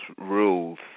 rules